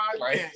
right